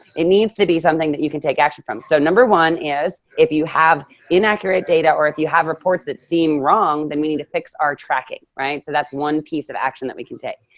it needs to be something that you can take action from. so number one is if you have inaccurate data, or if you have reports that seem wrong, then you need to fix our tracking, right? so that's one piece of action that we can take.